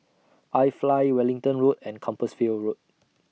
IFly Wellington Road and Compassvale Road